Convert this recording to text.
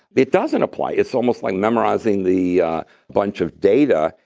it doesn't apply. it's almost like memorizing the bunch of data,